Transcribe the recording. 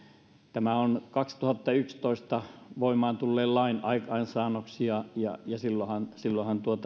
tämä on kaksituhattayksitoista voimaan tulleen lain aikaansaannoksia silloinhan silloinhan